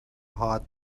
hot